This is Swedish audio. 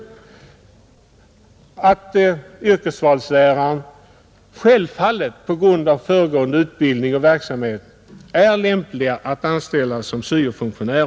Yrkesvalsläraren är Tisdagen den självfallet på grund av sin utbildning och förgående verksamhet lämplig 1 juni 1971 att anställas som syo-funktionär.